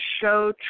show